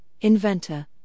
inventor